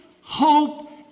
hope